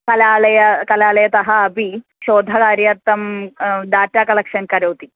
कलालय कलालयतः अपि शोधकार्यार्थं डाटा कलेक्षन् करोति